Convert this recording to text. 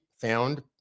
found